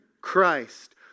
Christ